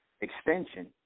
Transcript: extension